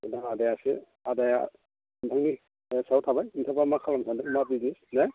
दा आदायासो आदाया बे नोंथांनि सायाव थाबाय नोंथाङाब्ला मा खालामनो सानो मा बुङो ना